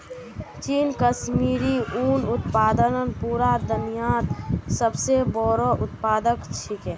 चीन कश्मीरी उन उत्पादनत पूरा दुन्यात सब स बोरो उत्पादक छिके